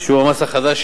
שיעור המס החדש,